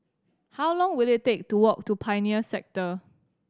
how long will it take to walk to Pioneer Sector